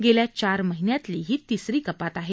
गेल्या चार महिन्यातली ही तिसरी कपात आहे